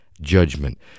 judgment